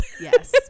yes